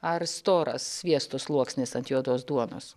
ar storas sviesto sluoksnis ant juodos duonos